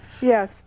Yes